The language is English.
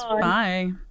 Bye